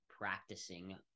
practicing